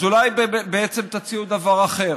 אז אולי בעצם תציעו דבר אחר: